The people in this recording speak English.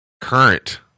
current